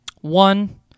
One